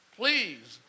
please